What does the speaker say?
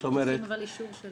אבל צריך אישור של ועדת ההסכמות.